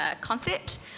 concept